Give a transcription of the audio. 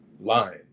lying